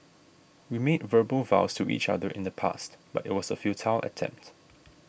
we made verbal vows to each other in the past but it was a futile attempt